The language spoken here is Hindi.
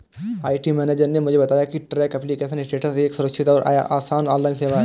आई.टी मेनेजर ने मुझे बताया की ट्रैक एप्लीकेशन स्टेटस एक सुरक्षित और आसान ऑनलाइन सेवा है